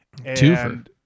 Twofer